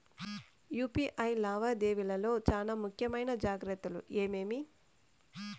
UPI లావాదేవీల లో చానా ముఖ్యమైన జాగ్రత్తలు ఏమేమి?